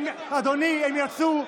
אדוני, הם יצאו.